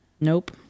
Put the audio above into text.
Nope